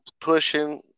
pushing